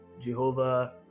Jehovah